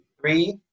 three